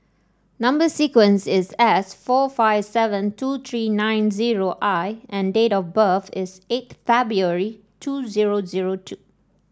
number sequence is S four five seven two three nine zero I and date of birth is eight February two zero zero two